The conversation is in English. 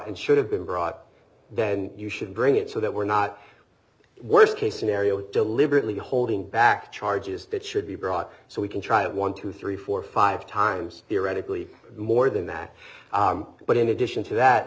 and should have been brought then you should bring it so that we're not worst case scenario deliberately holding back to charges that should be brought so we can try it one two three four five times theoretically more than that but in addition to that